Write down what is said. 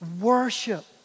Worship